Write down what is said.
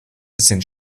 sind